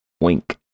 wink